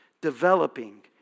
developing